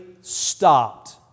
stopped